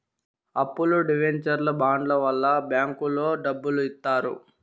అప్పులు డివెంచర్లు బాండ్ల వల్ల బ్యాంకులో డబ్బులు ఇత్తారు